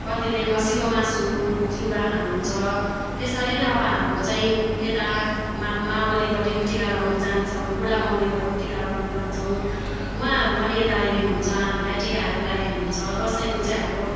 कतिले खसीको मासु चिउरा खानुहुन्छ त्यसरी नै अब हाम्रो चाहिँ यता मा मावलीपट्टि पनि टिका लगाउन जान्छौँ बुढा मावली पनि टिका लगाउन जान्छौँ उहाँहरू पनि यता आइदिनुहुन्छ हामीलाई टिकाहरू लगाइ दिनुहुन्छ दसैँको चाहिँ हाम्रो